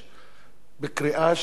ההצבעה החלה, רבותי.